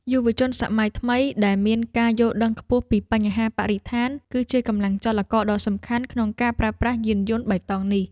យុវជនសម័យថ្មីដែលមានការយល់ដឹងខ្ពស់ពីបញ្ហាបរិស្ថានគឺជាកម្លាំងចលករដ៏សំខាន់ក្នុងការប្រើប្រាស់យានយន្តបៃតងនេះ។